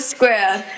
Square